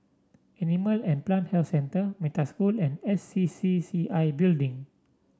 Animal and Plant Health Centre Metta School and S C C C I Building